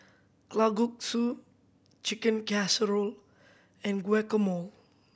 Kalguksu Chicken Casserole and Guacamole